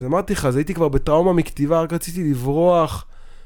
אמרתי לך, אז הייתי כבר בטראומה מכתיבה, רק רציתי לברוח.